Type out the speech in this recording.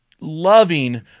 loving